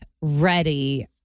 ready